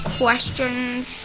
questions